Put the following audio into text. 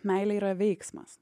meilė yra veiksmas